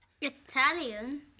Italian